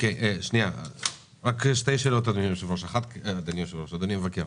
אדוני המבקר,